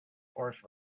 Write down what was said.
horse